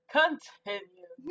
continue